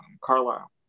Carlisle